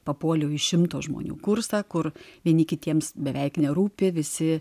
papuoliau į šimto žmonių kursą kur vieni kitiems beveik nerūpi visi